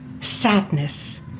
sadness